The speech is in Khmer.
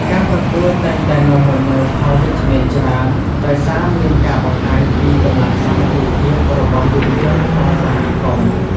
ការប្រកួតតែងតែនាំមកនូវផលវិជ្ជមានច្រើន ដោយសារមានការបង្ហាញពីកម្លាំងសាមគ្គីភាពរបស់យុវជនក្នុងសហគមន៍។